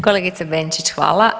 Kolegice Benčić, hvala.